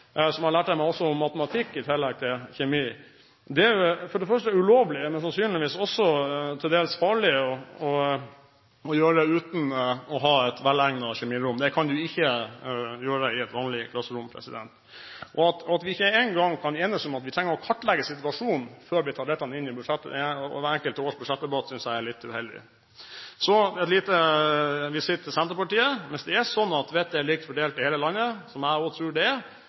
jeg meg også matematikk, i tillegg til kjemi – men det er det for det første ulovlig, og sannsynligvis også til dels farlig, å gjøre uten å ha et velegnet kjemirom. Dette kan man ikke gjøre i et vanlig klasserom. At vi ikke engang kan enes om at vi trenger å kartlegge situasjonen før vi tar hvert enkelt års budsjettdebatt, synes jeg er litt uheldig. Så en liten visitt til Senterpartiet: Hvis det er sånn at vettet er likt fordelt i hele landet, som jeg også tror det er,